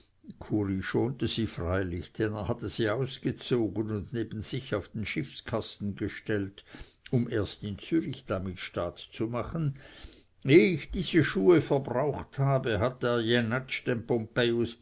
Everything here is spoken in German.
schonte sie freilich denn er hatte sie ausgezogen und neben sich auf den schiffskasten gestellt um erst in zürich damit staat zu machen eh ich diese schuhe verbraucht habe hat der jenatsch den